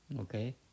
okay